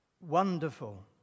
wonderful